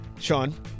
Sean